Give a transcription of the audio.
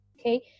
okay